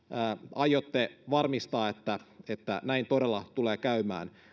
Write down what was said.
aiotte varmistaa että näin todella tulee käymään